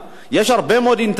יש הרבה מאוד אינטרסים,